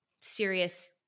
serious